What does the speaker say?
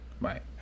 Right